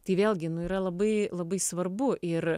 tai vėlgi nu yra labai labai svarbu ir